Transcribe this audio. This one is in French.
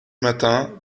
matin